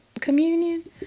communion